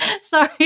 Sorry